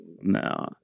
no